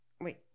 Wait